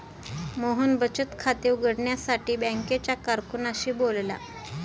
मोहन बचत खाते उघडण्यासाठी बँकेच्या कारकुनाशी बोलला